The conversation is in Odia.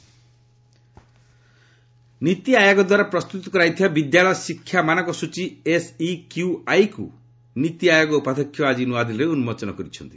ନୀତି ଆୟୋଗ ନୀତି ଆୟୋଗଦ୍ୱାରା ପ୍ରସ୍ତୁତ କରାଯାଇଥିବା ବିଦ୍ୟାଳୟ ଶିକ୍ଷା ମାନକ ସ୍ଚଚ୍ଚୀ ଏସ୍ଇକ୍ୟୁଆଇକୁ ନୀତି ଆୟୋଗ ଉପାଧ୍ୟକ୍ଷ ଆଜି ନ୍ତଆଦିଲ୍ଲୀରେ ଉନ୍କୋଚନ କରିଛନ୍ତି